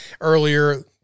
earlier